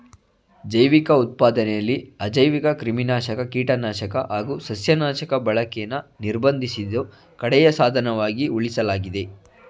ಜೈವಿಕ ಉತ್ಪಾದನೆಲಿ ಅಜೈವಿಕಕ್ರಿಮಿನಾಶಕ ಕೀಟನಾಶಕ ಹಾಗು ಸಸ್ಯನಾಶಕ ಬಳಕೆನ ನಿರ್ಬಂಧಿಸಿದ್ದು ಕಡೆಯ ಸಾಧನವಾಗಿ ಉಳಿಸಲಾಗಿದೆ